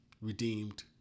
redeemed